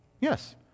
Yes